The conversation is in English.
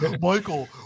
Michael